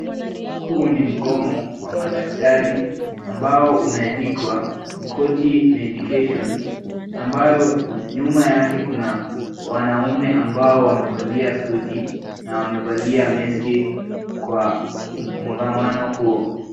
Huu ni mgomo wa madaktari ambao umeandikwa koti medication , ambayo nyuma yake kuna wanaume ambao wamevalia suti na wamevalia meski kwa mkongamano huo.